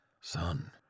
Son